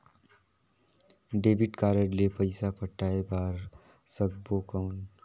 Debit card ले पइसा पटाय बार सकबो कौन?